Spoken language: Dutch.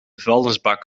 vuilnisbak